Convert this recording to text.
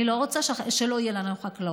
אני לא רוצה שלא תהיה לנו חקלאות.